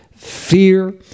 fear